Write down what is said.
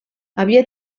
havia